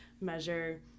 measure